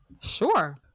Sure